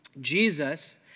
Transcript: Jesus